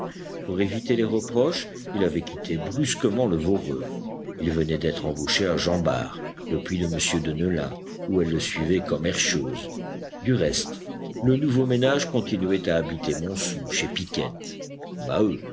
pour éviter les reproches il avait quitté brusquement le voreux il venait d'être embauché à jean bart le puits de m deneulin où elle le suivait comme herscheuse du reste le nouveau ménage continuait à habiter montsou chez piquette maheu